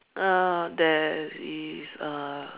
uh there is a